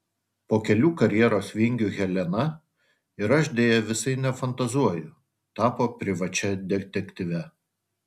po kelių karjeros vingių helena ir aš deja visai nefantazuoju tapo privačia detektyve